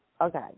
Okay